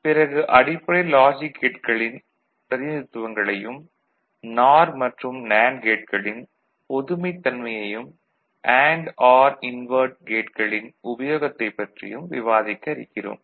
பிறகு அடிப்படை லாஜிக் கேட்களின் பிரதிநிதித்துவங்களையும் நார் மற்றும் நேண்டு கேட்களின் பொதுமைத் தன்மையையும் அண்டு ஆர் இன்வெர்ட் கேட்களின் உபயோகத்தைப் பற்றியும் விவாதிக்க இருக்கிறோம்